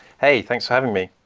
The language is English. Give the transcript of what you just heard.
hey, thanks for having me.